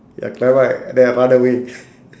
ya climb up then run away